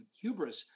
hubris